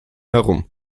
herum